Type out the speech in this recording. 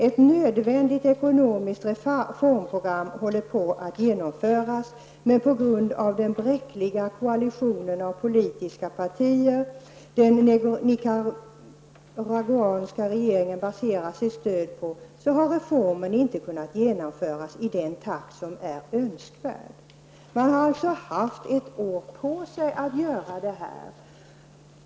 Ett nödvändigt ekonomiskt reformprogram håller på att genomföras, men på grund av den bräckliga koalition av politiska partier den nicaraguanska regeringen baserar sitt stöd på har reformen inte kunnat genomföras i den takt som är önskvärd.'' Man har alltså haft ett år på sig att genomföra sitt reformprogram.